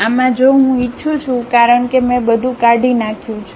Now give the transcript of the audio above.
આમાં જો હું ઇચ્છું છું કારણ કે મેં બધું કાઢી નાખ્યું છે